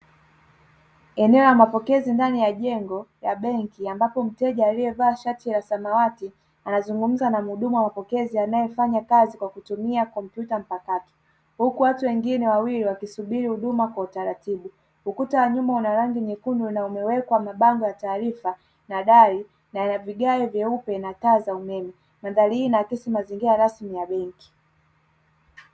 Eneo la mapokezi ndani ya jengo la benki, ambapo mteja aliyevaa shati la samawati anazungumza na mhudumu wa mapokezi anayefanya kazi kwa kutumia kompyuta mpakato, huku watu wengine wawili wakisubiri huduma kwa utaratibu. Ukuta wa nyumba una rangi nyekundu na umewekwa mabango ya taarifa na dari, na yana vigae vyeupe na taa za umeme. Mandhari hii inaakisi taarifa rasmi ya benki.